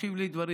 תשיב לי דברים.